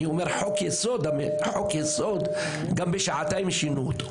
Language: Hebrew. אני אומר חוק יסוד גם בשעתיים שינו אותו,